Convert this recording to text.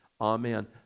Amen